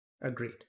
Agreed